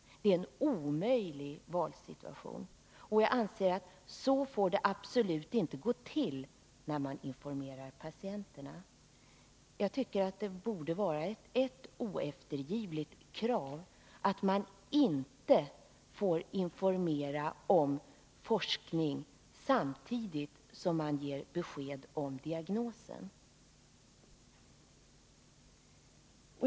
Det är en omöjlig valsituation. Jag anser att det absolut inte får gå till på det sättet när man informerar patienterna. Jag tycker att det borde vara ett oeftergivligt krav att man inte får informera om forskning samtidigt som man ger besked om diagnosen.